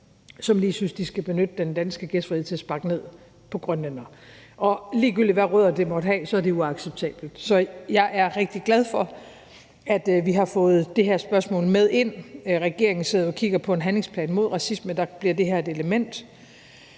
som lige synes, at de skal benytte den danske gæstfrihed til at sparke nedad på grønlændere. Ligegyldigt hvilke rødder det måtte have, er det uacceptabelt. Så jeg er rigtig glad for, at vi har fået det her spørgsmål med ind. Regeringen sidder jo og kigger på en handlingsplan mod racisme, og der bliver det her et element.